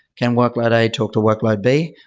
can workload a talk to workload b.